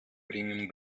bringen